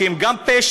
שזה גם פשע,